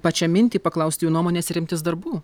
pačią mintį paklausti jų nuomonės ir imtis darbų